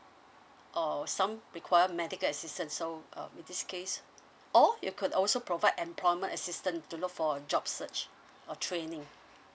oh some require medical assistance so uh with this case or you could also provide employment assistant to look for job search or training